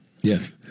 Yes